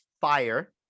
fire